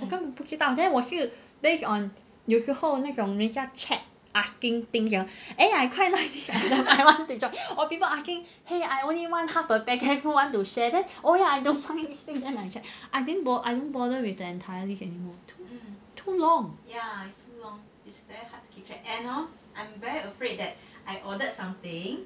我根本不知道 then 我是 based on 有时候那种人家 chat asking things you know eh I quite like this item I want to join or people asking !hey! I only want half a packet who want to share oh ya I don't mind this thing then I check I don't bother with the entire list anymore too too long